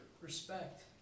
Respect